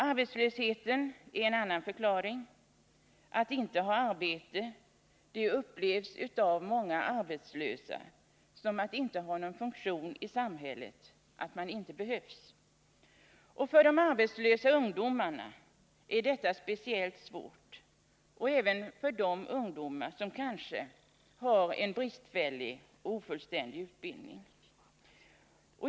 Arbetslösheten är en annan förklaring. Att inte ha arbete upplevs av många arbetslösa som att inte ha någon funktion i samhället, att man inte behövs. För de arbetslösa ungdomarna är detta speciellt svårt, och även för de ungdomar som kanske har en bristfällig och ofullständig utbildning.